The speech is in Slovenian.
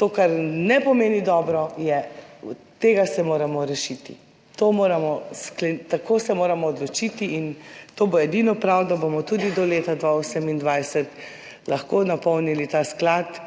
To, kar ne pomeni dobro, je, tega se moramo rešiti, to moramo, tako se moramo odločiti in to bo edino prav, da bomo tudi do leta 2028 lahko napolnili ta sklad